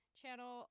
channel